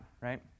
right